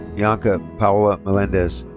bianca paola melendez.